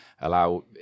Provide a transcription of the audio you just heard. allow